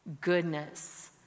goodness